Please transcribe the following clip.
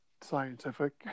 scientific